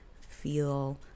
feel